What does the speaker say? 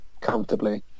comfortably